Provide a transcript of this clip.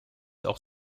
auch